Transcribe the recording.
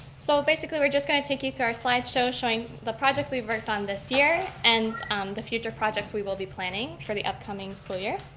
so basically we're just going to take you through our slide show showing the projects we've worked on this year and the future projects we will be planning for the upcoming school year.